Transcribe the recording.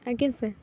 ଆଜ୍ଞା ସାର୍